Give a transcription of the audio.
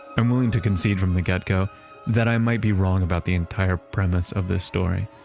i'm willing to concede from the get-go that i might be wrong about the entire premise of this story.